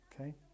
Okay